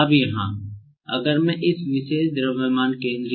अब यहाँ अगर मैं इस विशेष द्रव्यमान केंद्र